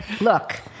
look